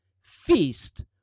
Feast